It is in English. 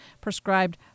prescribed